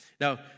Now